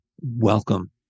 welcome